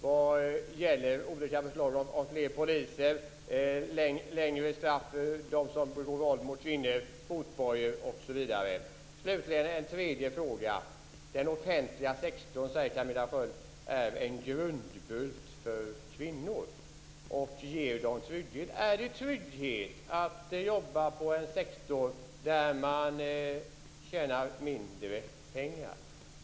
Det gäller olika förslag om fler poliser, längre straff för dem som begår våld mot kvinnor, fotbojor osv. Slutligen har jag en tredje fråga. Camilla Sköld Jansson säger att den offentliga sektorn är en grundbult för kvinnor och ger dem trygghet. Är det trygghet att jobba i en sektor där man tjänar mindre pengar?